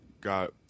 got